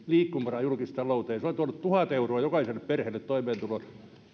liikkumavaraa julkiseen talouteen se on tuonut tuhat euroa jokaiselle perheelle toimeentuloon